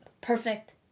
perfect